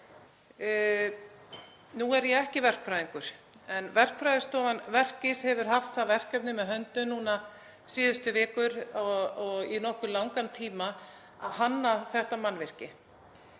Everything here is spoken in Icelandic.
Nú er ég ekki verkfræðingur en verkfræðistofan Verkís hefur haft það verkefni með höndum síðustu vikur, í nokkuð langan tíma, að hanna þetta mannvirki.